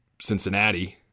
Cincinnati